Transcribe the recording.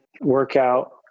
workout